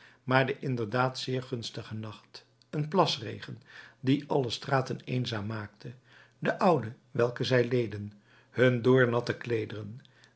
maar de inderdaad zeer gunstige nacht een plasregen die alle straten eenzaam maakte de koude welke zij leden hun doornatte